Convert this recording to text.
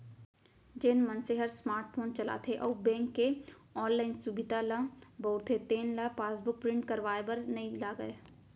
जेन मनसे हर स्मार्ट फोन चलाथे अउ बेंक के ऑनलाइन सुभीता ल बउरथे तेन ल पासबुक प्रिंट करवाए बर नइ लागय